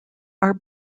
are